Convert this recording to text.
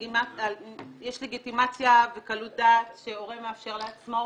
יש לגיטימציה וקלות דעת שהורה מאפשר לעצמו.